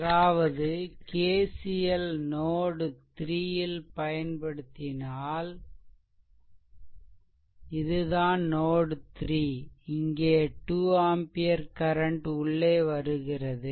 அதாவது KCL node 3 ல் பயன்படுத்தினால் இது தான் நோட் 3 இங்கே 2 ஆம்பியர் கரண்ட் உள்ளே வருகிறது